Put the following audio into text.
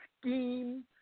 scheme